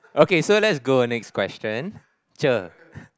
okay so let's go next question cher